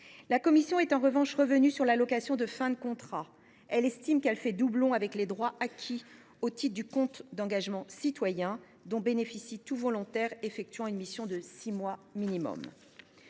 La commission est en revanche revenue sur l’allocation de fin de contrat. Elle estime que celle ci fait doublon avec les droits acquis au titre du compte d’engagement citoyen (CEC) dont bénéficie tout volontaire effectuant une mission de six mois minimum.